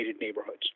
neighborhoods